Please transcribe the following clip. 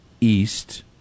east